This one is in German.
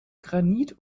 granit